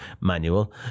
manual